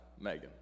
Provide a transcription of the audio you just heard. Megan